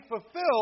fulfilled